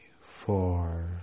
four